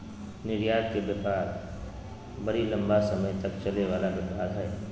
निर्यात के व्यापार बड़ी लम्बा समय तक चलय वला व्यापार हइ